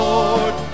Lord